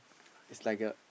it's like a